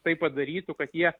tai padarytų kad jie